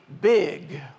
big